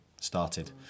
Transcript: started